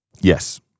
Yes